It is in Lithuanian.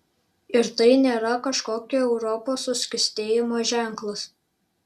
ir tai nėra kažkokio europos suskystėjimo ženklas